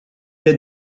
est